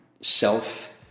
self